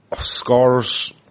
Scores